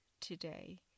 today